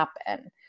happen